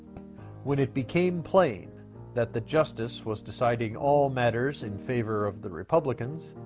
when it became plain that the justice was deciding all matters in favor of the republicans,